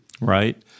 right